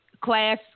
class